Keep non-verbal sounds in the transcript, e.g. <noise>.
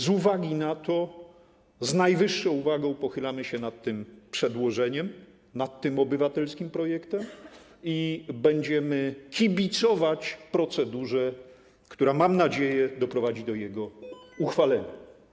Z tego względu z najwyższą uwagą pochylamy się nad tym przedłożeniem, nad tym obywatelskim projektem i będziemy kibicować procedurze, która - mam nadzieję - doprowadzi do jego <noise> uchwalenia.